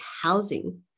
housing